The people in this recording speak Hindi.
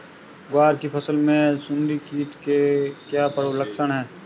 ग्वार की फसल में सुंडी कीट के क्या लक्षण है?